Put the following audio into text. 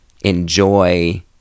enjoy